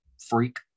freak